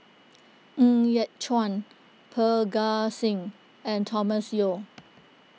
Ng Yat Chuan Parga Singh and Thomas Yeo